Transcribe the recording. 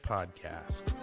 Podcast